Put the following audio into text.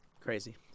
Crazy